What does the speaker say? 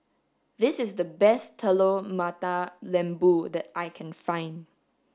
this is the best Telur Mata Lembu that I can find